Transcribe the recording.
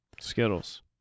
Skittles